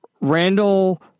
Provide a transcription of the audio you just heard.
Randall